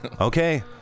Okay